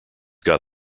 got